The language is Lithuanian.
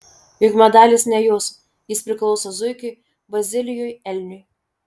juk medalis ne jūsų jis priklauso zuikiui bazilijui elniui